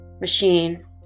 machine